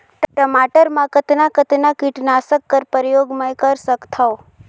टमाटर म कतना कतना कीटनाशक कर प्रयोग मै कर सकथव?